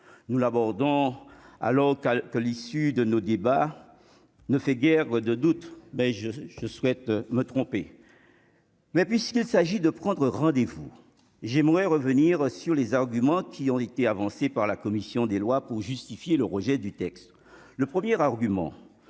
nous l'abordons allô cas que l'issue de nos débats ne fait guère de doute, ben je je souhaite me tromper. Mais puisqu'il s'agit de prendre rendez vous, j'aimerais revenir sur les arguments qui ont été avancés par la commission des lois pour justifier le rejet du texte, le premier argument